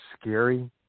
scary